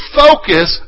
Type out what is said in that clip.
focus